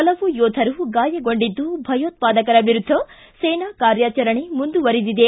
ಪಲವು ಯೋಧರು ಗಾಯಗೊಂಡಿದ್ದು ಭಯೋತ್ವಾದಕರ ವಿರುದ್ಧ ಸೇನಾ ಕಾರ್ಯಚರಣೆ ಮುಂದುವರೆದಿದೆ